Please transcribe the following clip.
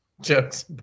jokes